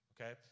okay